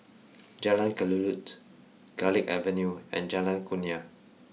Jalan Kelulut Garlick Avenue and Jalan Kurnia